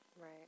Right